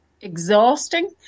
exhausting